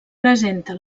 presenta